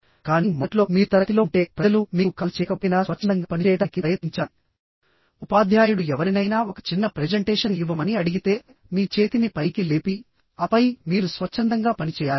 కానీ మొదట్లో మీరు తరగతిలో ఉంటే ప్రజలు మీకు కాల్ చేయకపోయినా స్వచ్ఛందంగా పనిచేయడానికి ప్రయత్నించాలి ఉపాధ్యాయుడు ఎవరినైనా ఒక చిన్న ప్రెజెంటేషన్ ఇవ్వమని అడిగితే మీ చేతిని పైకి లేపి ఆపై మీరు స్వచ్ఛందంగా పనిచేయాలి